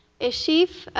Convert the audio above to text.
a sheath,